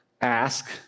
ask